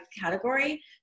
category